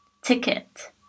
ticket